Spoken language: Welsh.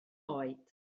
oed